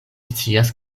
scias